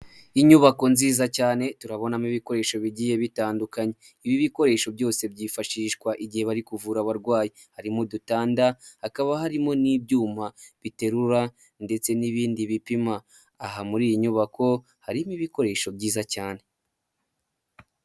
Inyubako nziza cyane turabonamo ibikoresho bigiye bitandukanye, ibi bikoresho byose byifashishwa igihe bari kuvura abarwayi harimo udutanda, hakaba harimo n'ibyuma biterura ndetse n'ibindi bipima aha muri iyi nyubako, harimo ibikoresho byiza cyane.